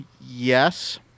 yes